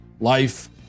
life